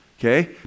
okay